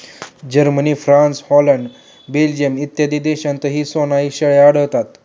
Germany, France, Holland, Belgium इत्यादी देशांतही सनोई शेळ्या आढळतात